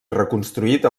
reconstruït